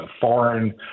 foreign